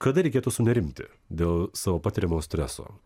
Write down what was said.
kada reikėtų sunerimti dėl savo patiriamo streso